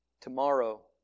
Tomorrow